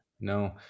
No